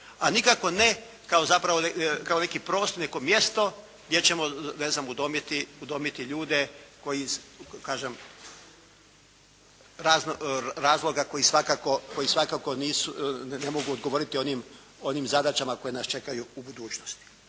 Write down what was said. a nikako ne kao neki prostor, neko mjesto gdje ćemo ne znam udomiti ljude koji kažem razloga koji svakako nisu, ne mogu odgovoriti onim zadaćama koje nas čekaju u budućnosti.